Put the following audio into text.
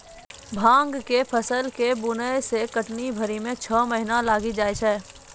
भाँग के फसल के बुनै से कटनी धरी मे छौ महीना लगी जाय छै